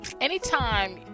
anytime